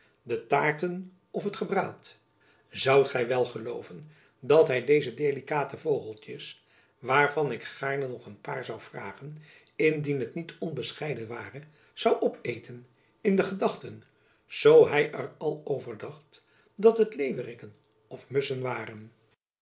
de taarten of t gebraad zoudt gy wel gelooven dat hy deze delikate vogeltjens waarvan ik gaarne nog een paar zoû vragen indien het niet onbescheiden ware zoû opeten in de gedachten zoo hy er al over dacht dat het leeuwrikken of musschen waren